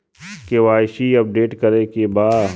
KYC update करे के बा?